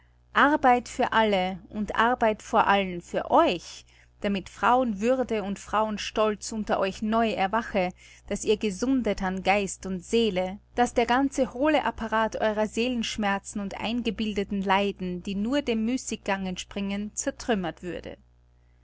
arbeit für alle und arbeit vor allen für euch damit frauenwürde und frauenstolz unter euch neu erwache daß ihr gesundet an geist und seele daß der ganze hohle apparat eurer seelenschmerzen und eingebildeten leiden die nur dem müßiggang entspringen zertrümmert würde